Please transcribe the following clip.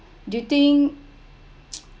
do you think